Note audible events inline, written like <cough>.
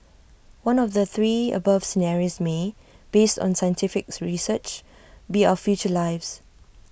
one of the three above scenarios may based on scientific <unintelligible> research be our future lives